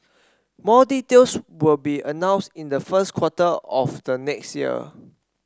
more details will be announce in the first quarter of the next year